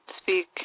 speak